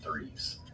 threes